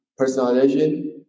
personalization